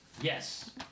Yes